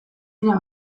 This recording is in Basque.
dira